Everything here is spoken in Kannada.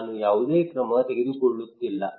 ನಾನು ಯಾವುದೇ ಕ್ರಮ ತೆಗೆದುಕೊಳ್ಳುತ್ತಿಲ್ಲ